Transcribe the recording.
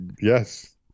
Yes